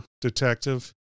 detective